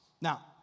Now